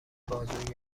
بازوی